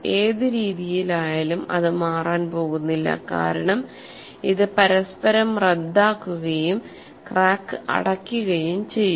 ഏത് രീതിയിലായാലും ഇത് മാറാൻ പോകുന്നില്ല കാരണം ഇത് പരസ്പരം റദ്ദാക്കുകയും ക്രാക്ക് അടയ്ക്കുകയും ചെയ്യും